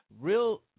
real